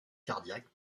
cardiaque